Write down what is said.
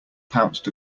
pounced